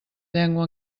llengua